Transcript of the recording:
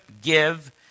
give